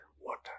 water